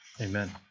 Amen